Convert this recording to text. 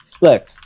look